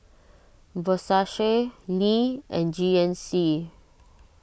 Versace Lee and G N C